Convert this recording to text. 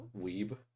weeb